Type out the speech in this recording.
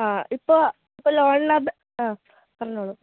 ആ ഇപ്പോൾ ഇപ്പോൾ ലോണിന് ആ പറഞ്ഞോളൂ